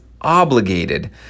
obligated